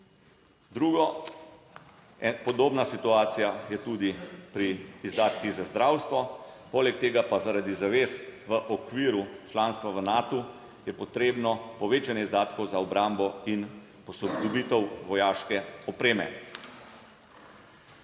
Drugo, podobna situacija je tudi pri izdatkih za zdravstvo, poleg tega pa zaradi zavez v okviru članstva v Natu je potrebno povečanje izdatkov za obrambo in posodobitev vojaške opreme.